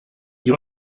die